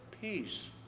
Peace